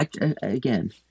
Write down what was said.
Again